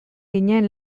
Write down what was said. ginen